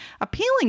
Appealing